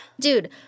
dude